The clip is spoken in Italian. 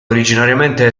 originariamente